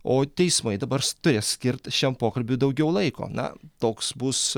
o teismai dabar turės skirt šiam pokalbiui daugiau laiko na toks bus